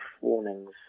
warnings